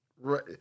right